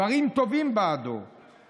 דברים טובים בעדו,